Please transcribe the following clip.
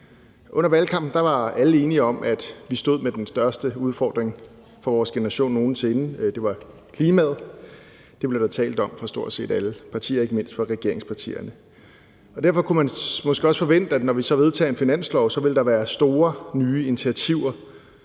Under valgkampen var alle enige om, at vi stod med den største udfordring for vores generation nogen sinde, og at det var klimaet. Det blev der talt om fra stort set alle partiers side, ikke mindst fra regeringspartiernes side. Og derfor kunne man måske også forvente, at der, når vi så vedtager en finanslov, ville være store, nye initiativer,